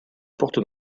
porte